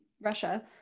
Russia